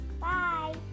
Bye